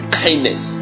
kindness